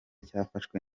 cyafashwe